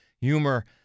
humor